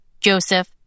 Joseph